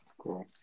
Cool